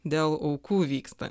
dėl aukų vyksta